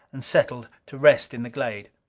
and settled to rest in the glade.